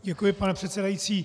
Děkuji, pane předsedající.